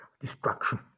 destruction